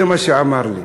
זה מה שהוא אמר לי.